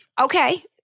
Okay